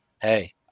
hey